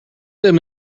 them